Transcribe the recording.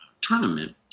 tournament